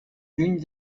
lluny